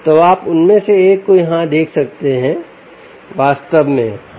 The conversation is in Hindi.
तो आप उनमें से एक को यहां देख सकते हैं वास्तव में हाँ